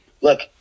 look